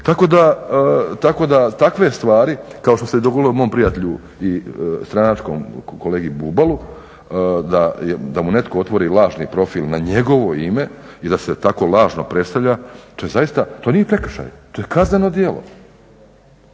Tako da takve stvari kao što se dogodilo mom prijatelju i stranačkom kolegi Bubalu da mu netko otvori lažni profil na njegovo ime i da se tako lažno predstavlja to je zaista, to nije prekršaj, to je kazneno djelo.